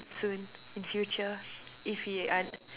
soon in future if we aren't